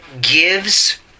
gives